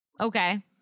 Okay